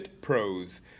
pros